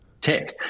tech